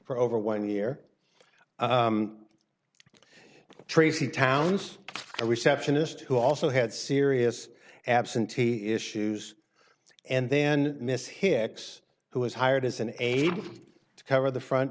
for over one year tracy town's a receptionist who also had serious absentee issues and then miss hicks who was hired as an aide to cover the front